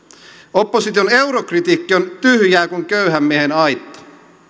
opposition eurokritiikki on tyhjää kuin köyhän miehen aitta